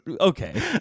okay